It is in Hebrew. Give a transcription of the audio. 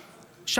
ארגנטינה.